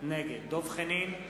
נגד דב חנין,